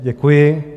Děkuji.